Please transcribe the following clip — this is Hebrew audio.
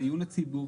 לעיון הציבור,